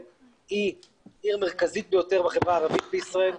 היא עיר מרכזית ביותר בחברה הערבית בישראל,